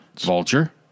Vulture